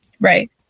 Right